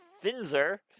Finzer